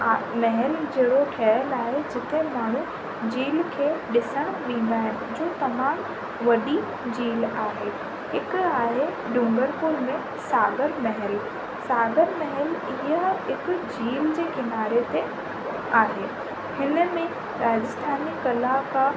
आहे नहर जहिड़ो ठहियलु आहे जिते माण्हू झील खे ॾिसणु ईंदा आहिनि जो तमामु वॾी झील आहे हिकु आहे डुंगरपुर में सागर महल सागर महल इहो हिकु झील जे किनारे ते आहे हिन में राजस्थान में कला